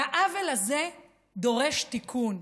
והעוול הזה דורש תיקון.